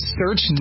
search